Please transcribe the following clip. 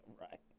right